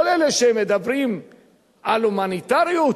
כל אלה שמדברים על הומניטריות,